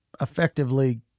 effectively